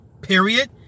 Period